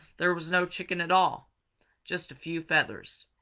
there was no chicken at all just a few feathers.